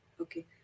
Okay